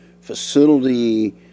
facility